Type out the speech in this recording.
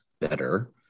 better